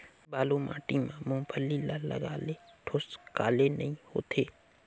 बालू माटी मा मुंगफली ला लगाले ठोस काले नइ होथे?